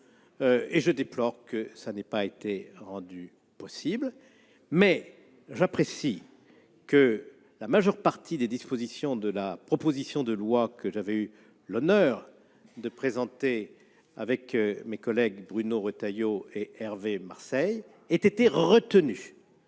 Je déploreque cela n'ait pas été rendu possible. Pour autant, j'apprécie que la majeure partie des dispositions de la proposition de loi que j'avais eu l'honneur de présenter avec mes collègues Bruno Retailleau et Hervé Marseille ait été retenue